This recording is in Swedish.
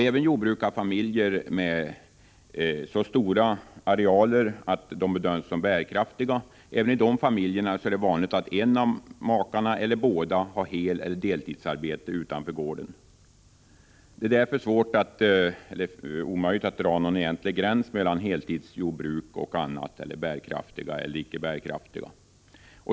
Även i jordbrukarfamiljer med så stora arealer att de bedöms som bärkraftiga blir det allt vanligare att en av makarna — eller båda — har heleller deltidsarbete utanför gården. Det är därför svårt eller omöjligt att dra någon skarp gräns mellan heltidsjordbruk och andra, bärkraftiga eller icke bärkraftiga.